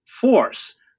force